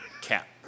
Cap